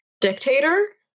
dictator